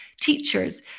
teachers